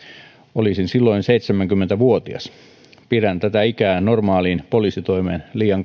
olisin silloin seitsemänkymmentä vuotias pidän tätä ikää normaaliin poliisitoimeen liian